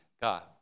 God